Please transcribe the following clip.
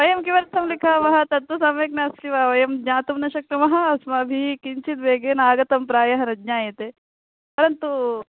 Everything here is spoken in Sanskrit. वयं किमर्थं लिखामः तत्तु सम्यक् नास्ति वा वयं ज्ञातुं न शक्नुमः अस्माभिः किञ्चित् वेगेन आगतं प्रायः न ज्ञायते परन्तु